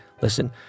Listen